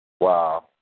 Wow